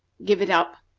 give it up,